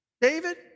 David